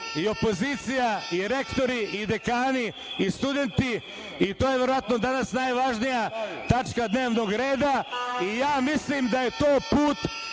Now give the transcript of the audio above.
i opozicija i rektori i dekani i studenti i to je verovatno danas najvažnija tačka dnevnog reda. Ja mislim da je to put